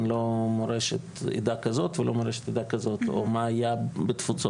לא מורשת עדה כזאת או אחרת או מה היה בתפוצות.